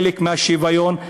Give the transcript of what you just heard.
חלק מהשוויון,